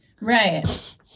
Right